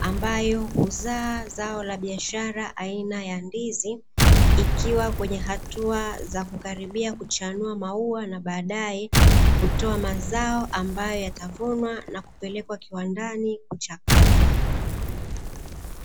ambayo huzaa zao la biashara aina ya ndizi, ikiwa kwenye hatua za kukaribia kuchanua mauwa na badae kutoa mazao ambayo yatavunwa na kupelekwa kiwandani kuchakatwa.